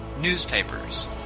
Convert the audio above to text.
newspapers